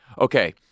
okay